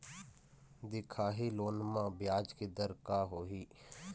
दिखाही लोन म ब्याज के दर का होही?